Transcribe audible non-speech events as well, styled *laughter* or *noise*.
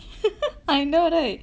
*laughs* I know right